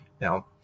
Now